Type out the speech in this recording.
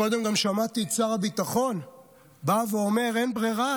קודם גם שמעתי את שר הביטחון בא ואומר שאין ברירה,